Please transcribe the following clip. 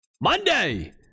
Monday